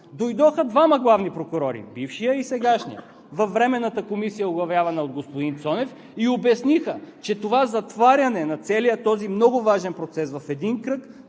Дойдоха двама главни прокурори – бившият и сегашният, във Временната комисия, оглавявана от господин Цонев, и обясниха, че това затваряне на целия този много важен процес в един кръг